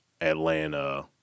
Atlanta